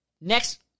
Next